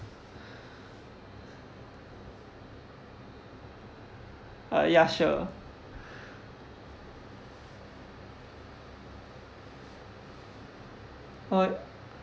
uh ya sure oh ya